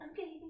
Okay